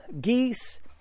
geese